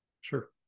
Sure